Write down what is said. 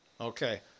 Okay